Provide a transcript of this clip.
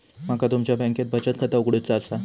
माका तुमच्या बँकेत बचत खाता उघडूचा असा?